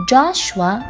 Joshua